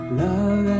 love